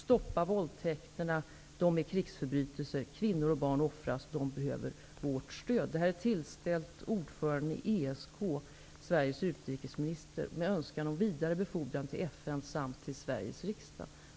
Stoppa våldtäkterna, de är krigsförbrytelser! Kvinnor och barn offras, de behöver vårt stöd! Detta är tillställt ordföranden i ESK, Sveriges utrikesminister, med önskan om vidare befordran till FN samt till Sveriges riksdag.